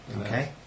Okay